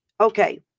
Okay